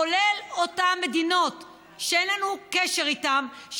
כולל אותן מדינות שאין לנו קשר איתן,